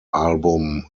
album